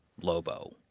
Lobo